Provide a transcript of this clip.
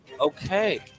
Okay